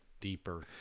deeper